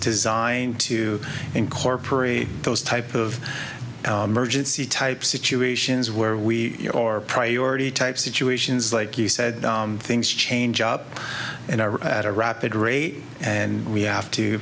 designed to incorporate those type of urgency type situations where we your priority type situations like you said things change up and are at a rapid rate and we have to